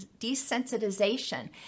desensitization